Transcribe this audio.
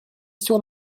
sur